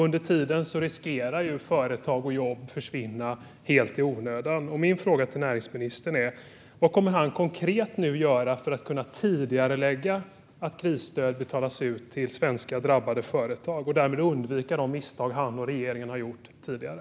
Under tiden riskerar företag och jobb att försvinna helt i onödan. Min fråga till näringsministern är: Vad kommer han konkret att göra nu för att tidigarelägga utbetalning av krisstöd till drabbade svenska företag och därmed undvika de misstag som han och regeringen har gjort tidigare?